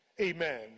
Amen